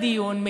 בדיון,